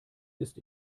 ist